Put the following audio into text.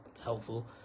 helpful